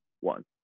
one